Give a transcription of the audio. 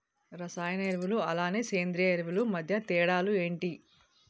రసాయన ఎరువులు అలానే సేంద్రీయ ఎరువులు మధ్య తేడాలు ఏంటి?